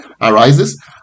arises